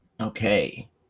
Okay